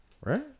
Right